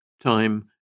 Time